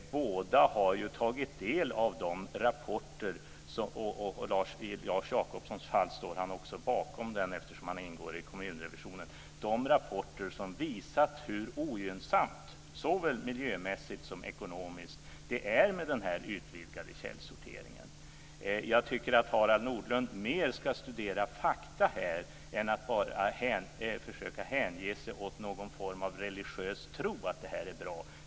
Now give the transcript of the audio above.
Båda har ju tagit del av den här rapporten, och Lars Jacobsson står också bakom den eftersom han ingår i kommunrevisionen. Rapporten visar hur ogynnsamt såväl miljömässigt som ekonomiskt det är med den här utvidgade källsorteringen. Jag tycker att Harald Nordlund mer ska studera fakta än att bara försöka hänge sig åt någon form av religiös tro på att det här är bra.